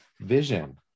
vision